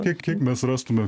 kiek kiek mes rastume